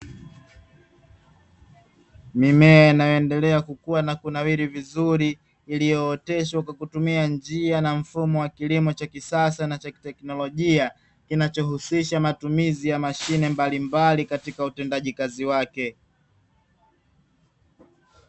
Mimea inayoendelea kukua na kunawili vizuri iliyooteshwa kwa kutumia njia na mfumo wa kilimo cha kisasa na cha kiteknolojia, kinachohusisha matumizi ya mashine mbalimbali katika utendaji kazi wake.